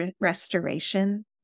restoration